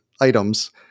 items